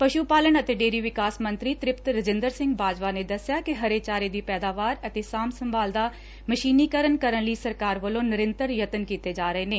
ਪਸੁ ਪਾਲਣ ਅਤੇ ਡੇਅਰੀ ਵਿਕਾਸ ਮੰਤਰੀ ਤ੍ਰਿਪਤ ਰਜਿੰਦਰ ਸਿੰਘ ਬਾਜਵਾ ਨੇ ਦਸਿਆ ਕਿ ਹਰੇ ਚਾਰੇ ਦੀ ਪੈਦਾਵਾਰ ਅਤੇ ਸਾਂਭ ਸੰਭਾਲ ਦਾ ਮਸ਼ੀਨੀਕਰਨ ਕਰਨ ਲਈ ਸਰਕਾਰ ਵੱਲੋਂ ਨਿਰੰਤਰ ਯਤਨ ਕੀਤੇ ਜਾ ਰਹੇ ਨੇ